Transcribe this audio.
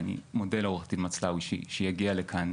השר ואני מודה לעורכת הדין מצלאוי שהגיעה לכאן.